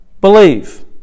believe